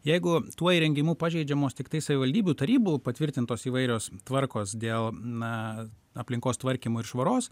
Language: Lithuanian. jeigu tuo įrengimu pažeidžiamos tiktai savivaldybių tarybų patvirtintos įvairios tvarkos dėl na aplinkos tvarkymo ir švaros